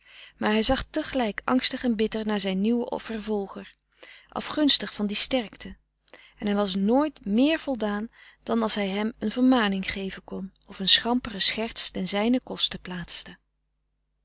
maar hij zag tegelijk angstig en bitter naar zijn nieuwen vervolger afgunstig van die sterkte en hij was nooit méér voldaan dan als hij hem een vermaning geven kon of een schampere scherts ten zijnen koste plaatste